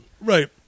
Right